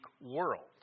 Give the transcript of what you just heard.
world